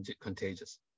contagious